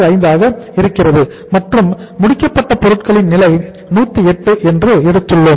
65 ஆக இருக்கிறது மற்றும் முடிக்கப்பட்ட பொருட்களின் நிலை 108 என்று எடுத்துள்ளோம்